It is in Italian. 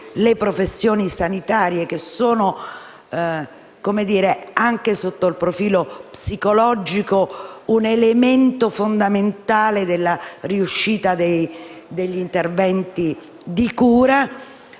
le professioni sanitarie, che è anche sotto il profilo psicologico, un elemento fondamentale della riuscita degli interventi di cura,